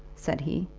said he,